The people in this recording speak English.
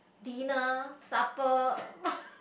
dinner supper